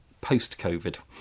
post-COVID